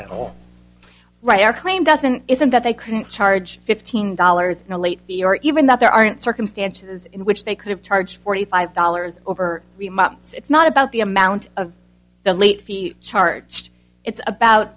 at all why our claim doesn't isn't that they couldn't charge fifteen dollars on a late fee or even that there aren't circumstances in which they could have charged forty five dollars over three months it's not about the amount of the late fees charged it's about